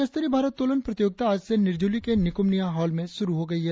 राज्य स्तरीय भारोत्तोलन प्रतियोगिता आज से निरजुली के न्योक्रम निया हॉल में शुरु हो गई है